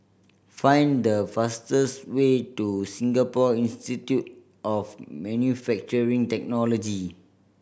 find the fastest way to Singapore Institute of Manufacturing Technology